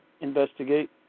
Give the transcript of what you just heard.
investigate